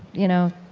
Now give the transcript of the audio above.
you know,